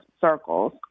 circles